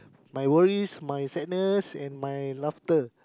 my worries my sadness and my laughter